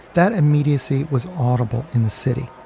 that immediacy was audible in the city.